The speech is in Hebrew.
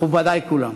מכובדי כולם,